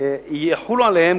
יחולו עליהם,